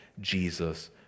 Jesus